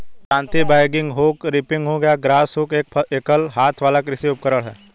दरांती, bagging hook, reaping hook या grass hook एक एकल हाथ वाला कृषि उपकरण है